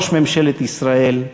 ראש ממשלת ישראל,